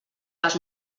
les